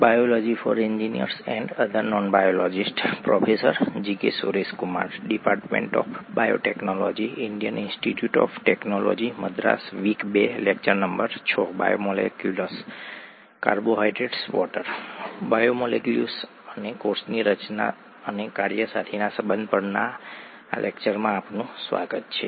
biomolecules અને કોષની રચના અને કાર્ય સાથેનો સંબંધ પરના આગલા લેક્ચરમાં આપનું સ્વાગત છે